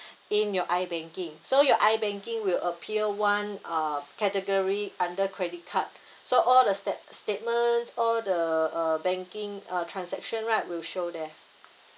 in your I banking so your I banking will appeal one uh category under credit card so all the sate~ statements all the uh banking uh transaction right will show there